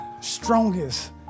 strongest